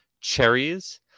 cherries